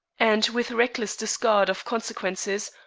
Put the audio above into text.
and with reckless disregard of consequences,